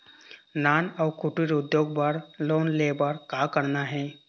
नान अउ कुटीर उद्योग बर लोन ले बर का करना हे?